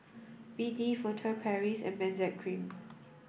B D Furtere Paris and Benzac cream